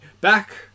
back